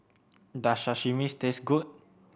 does Sashimis taste good